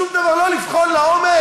שום דבר לא לבחון לעומק.